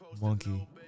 Monkey